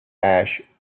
ash